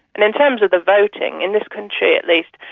and in terms of the voting, in this country at least,